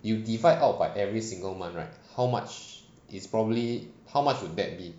you divide out by every single month right how much is probably how much would that be